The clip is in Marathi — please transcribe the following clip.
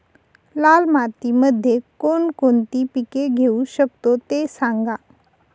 लाल मातीमध्ये कोणकोणती पिके घेऊ शकतो, ते सांगा